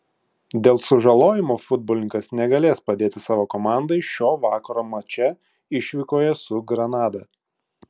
dėl sužalojimo futbolininkas negalės padėti savo komandai šio vakaro mače išvykoje su granada